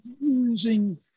using